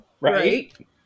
Right